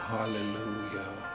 Hallelujah